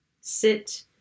sit